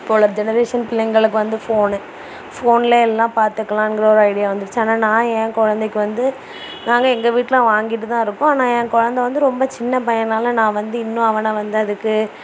இப்போது உள்ள ஜெனரேஷன் பிள்ளைங்களுக்கு வந்து ஃபோனு ஃபோன்ல எல்லாம் பார்த்துக்கலாங்கிற ஒரு ஐடியா வந்திருச்சா நான் ஏன் குழந்தைக்கு வந்து நாங்க எங்க வீட்ல வாங்கிட்டு தான் இருக்கோம் ஆனால் என் குழந்த வந்து ரொம்ப சின்ன பையன்னால நான் வந்து இன்னும் அவனை வந்து அதுக்கு